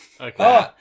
okay